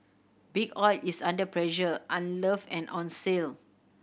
Big Oil is under pressure unloved and on sale